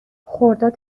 خرداد